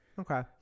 Okay